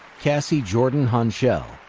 cassie jordan honchell.